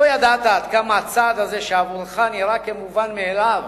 לא ידעת עד כמה הצעד הזה, שעבורך נראה מובן מאליו,